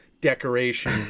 decoration